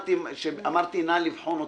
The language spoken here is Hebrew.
שאמרתי נא לבחון אותה,